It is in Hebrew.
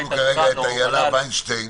--- יש לנו כרגע את איילה ויינשטיין